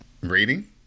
Rating